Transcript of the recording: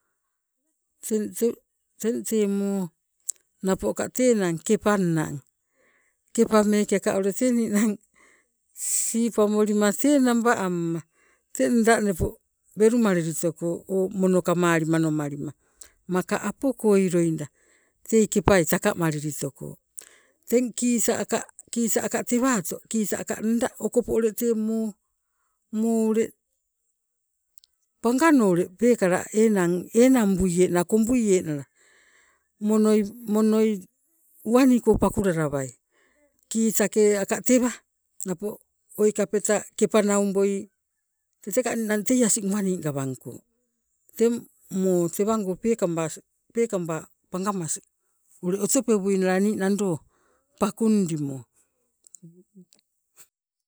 Teng te- tei moo napoka tee enang kepanna, kepa meeke ka ule tee ninang sipamolima tee naba amma te nda nepo welumalili toko o mono kamali manomalima maka apoi koi loida tei kepai taka malili toko. Teng kisa aka, kisa aka tewaato kisa aka nda okopo ule tee moo, moo ule pangano ule peekala enang, enang buienala kombuienala monoi monoi uwaniko pakulalawai, kisake aka tewa napo oi kapeta kepa nauboi tete ka ninang tei asing uwani gawangko. Teng moo tewango peekabas peekaba pangamas ule otopewuinala nii nando pakundimo.